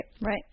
Right